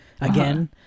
again